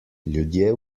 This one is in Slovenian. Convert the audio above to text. ljudje